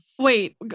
Wait